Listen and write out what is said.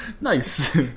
Nice